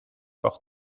par